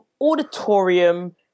auditorium